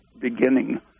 beginning